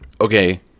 okay